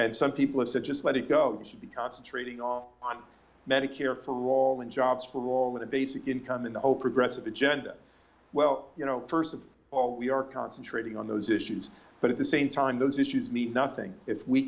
and some people have said just let it go should be concentrating all on medicare for all the jobs for all of the basic income in the hope progressive agenda well you know first of all we are concentrating on those issues but at the same time those issues me nothing if we